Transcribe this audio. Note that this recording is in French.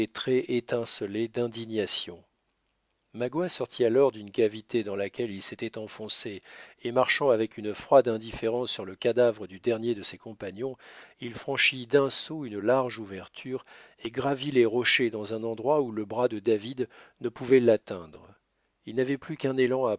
étincelaient d'indignation magua sortit alors d'une cavité dans laquelle il s'était enfoncé et marchant avec une froide indifférence sur le cadavre du dernier de ses compagnons il franchit d'un saut une large ouverture et gravit les rochers dans un endroit où le bras de david ne pouvait l'atteindre il n'avait plus qu'un élan